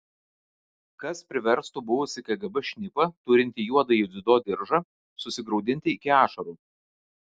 kas priverstų buvusį kgb šnipą turintį juodąjį dziudo diržą susigraudinti iki ašarų